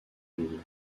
double